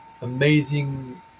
amazing